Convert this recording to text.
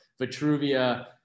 vitruvia